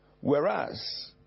Whereas